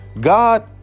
God